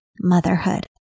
motherhood